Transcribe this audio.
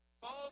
Follow